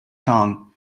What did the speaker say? tongue